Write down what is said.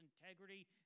integrity